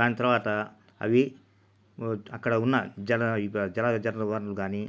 దాని తర్వాత అవి అక్కడ ఉన్న జల ఈ జల జలా వనరులు కానీ